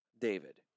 David